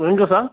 எங்கே சார்